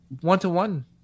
one-to-one